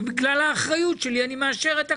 ובגלל האחריות שלי אני מאשר את הכול,